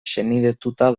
senidetuta